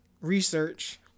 research